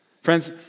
Friends